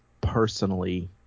personally –